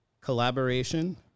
collaboration